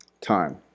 time